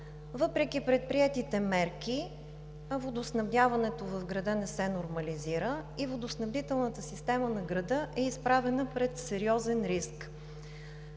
Въпреки предприетите мерки водоснабдяването в града не се нормализира и водоснабдителната система на града е изправена пред сериозен риск.